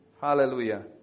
Hallelujah